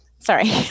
Sorry